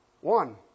one